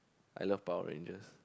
I love Power Rangers